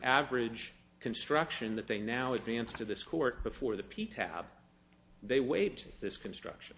average construction that they now advance to this court before the p tab they wait this construction